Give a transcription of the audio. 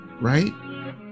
Right